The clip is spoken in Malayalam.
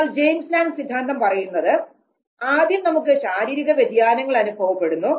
എന്നാൽ ജെയിംസ് ലാംങ് സിദ്ധാന്തം പറയുന്നത് ആദ്യം നമുക്ക് ശാരീരിക വ്യതിയാനങ്ങൾ അനുഭവപ്പെടുന്നു